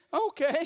okay